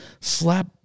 slap